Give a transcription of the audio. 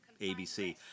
ABC